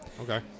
okay